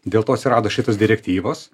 dėl to atsirado šitos direktyvos